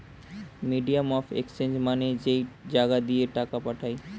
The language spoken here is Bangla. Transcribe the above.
মিডিয়াম অফ এক্সচেঞ্জ মানে যেই জাগা দিয়ে টাকা পাঠায়